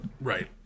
right